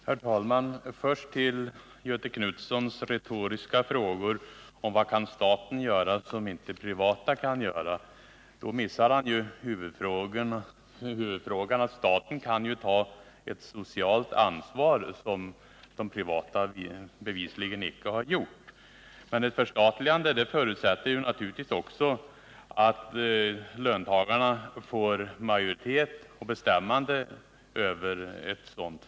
Herr talman! Först till Göthe Knutsons retoriska frågor om vad staten kan göra som inte privat företagsamhet kan göra. Han missar huvudsaken, att staten ju kan ta ett socialt ansvar — något som de privata företagen bevisligen icke har gjort. Men vid ett förstatligande förutsätts naturligtvis också att löntagarna får majoritet och bestämmande över företaget i fråga.